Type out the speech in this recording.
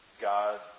God